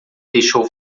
deixou